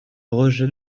rejet